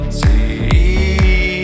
see